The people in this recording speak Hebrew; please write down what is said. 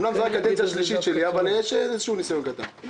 אמנם זו רק קדנציה שלישית שלי אבל יש לי איזה ניסיון קטן.